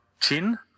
chin